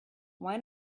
why